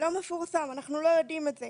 אנחנו לא יודעים את זה.